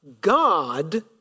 God